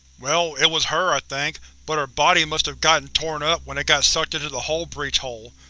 well, it was her, i think. but her body must have gotten torn up when it got sucked into the hull breach hole,